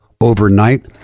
Overnight